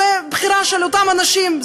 זו בחירה של אותם אנשים,